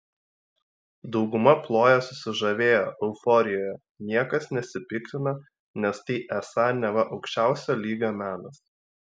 dauguma ploja susižavėję euforijoje niekas nesipiktina nes tai esą neva aukščiausio lygio menas